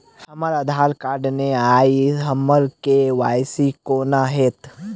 हमरा आधार कार्ड नै अई हम्मर के.वाई.सी कोना हैत?